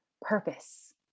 Purpose